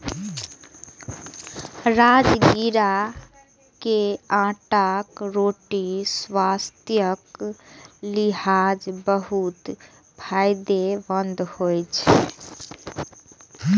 राजगिरा के आटाक रोटी स्वास्थ्यक लिहाज बहुत फायदेमंद होइ छै